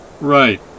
Right